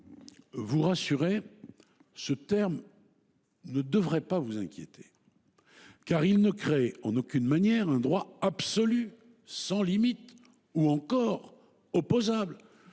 vous rassurer : ce terme ne devrait pas vous inquiéter, car il ne crée en aucune manière un droit absolu, sans limites ou encore opposable.